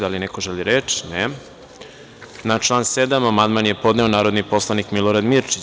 Da li neko želi reč? (Ne.) Na član 7. amandman je podneo narodni poslanik Milorad Mirčić.